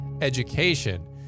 Education